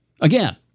Again